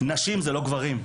נשים זה לא גברים.